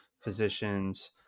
physicians